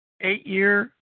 eight-year